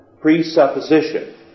presupposition